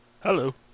Hello